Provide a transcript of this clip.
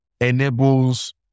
enables